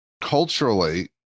culturally